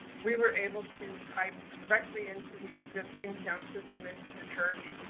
we were able to pipe directly into the existing sound system, into the church.